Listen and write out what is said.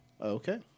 Okay